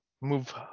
move